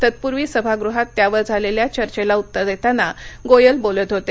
तत्पूर्वी सभागृहात त्यावर झालेल्या चर्चेला उत्तर देताना गोयल बोलत होते